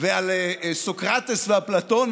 ועל סוקרטס ואפלטון,